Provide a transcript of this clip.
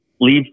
leave